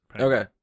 Okay